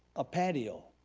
a patio